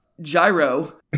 Gyro